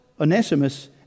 Onesimus